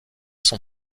son